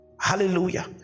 Hallelujah